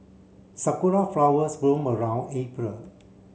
Sakura flowers bloom around April